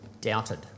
doubted